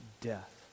death